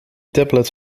tablet